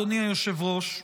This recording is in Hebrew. אדוני היושב-ראש,